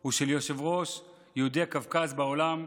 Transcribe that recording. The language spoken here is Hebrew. הוא של יושב-ראש יהודי קווקז בעולם,